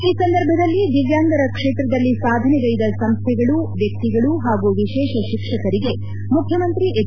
ಈ ಸಂದರ್ಭದಲ್ಲಿ ದಿವ್ಯಾಂಗರ ಕ್ಷೇತ್ರದಲ್ಲಿ ಸಾಧನೆಗೈದ ಸಂಸ್ಥೆಗಳು ವ್ಯಕ್ತಿಗಳು ಹಾಗೂ ವಿಶೇಷ ಶಿಕ್ಷಕರಿಗೆ ಮುಖ್ಯಮಂತ್ರಿ ಎಚ್